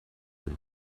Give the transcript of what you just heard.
and